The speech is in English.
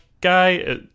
guy